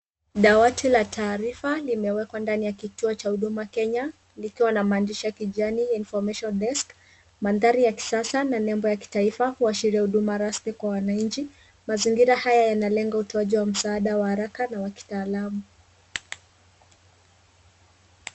Dawati la taarifa limewekwa ndani ya kituo cha Huduma Kenya likiwa na maandishi ya kijani information desk . Mandhari ya kisasa na nembo ya kitaifa kuashiria huduma rasmi kwa wananchi. Mazingira haya yana lengo ya utoaji wa msaada wa haraka na kitaalamu.